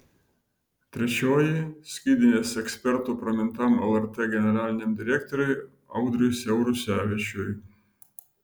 trečioji skydinės ekspertu pramintam lrt generaliniam direktoriui audriui siaurusevičiui